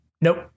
nope